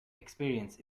experience